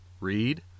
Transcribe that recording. read